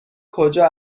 کجا